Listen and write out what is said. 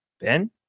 Ben